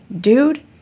dude